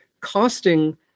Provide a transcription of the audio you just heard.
costing